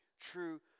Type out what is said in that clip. true